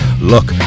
Look